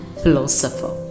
philosopher